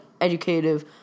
educative